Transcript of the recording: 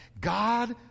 God